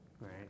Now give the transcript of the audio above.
Right